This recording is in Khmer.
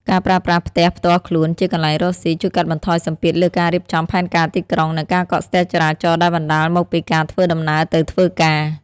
ការប្រើប្រាស់ផ្ទះផ្ទាល់ខ្លួនជាកន្លែងរកស៊ី ជួយកាត់បន្ថយសម្ពាធលើការរៀបចំផែនការទីក្រុង និងការកកស្ទះចរាចរណ៍ដែលបណ្ដាលមកពីការធ្វើដំណើរទៅធ្វើការ។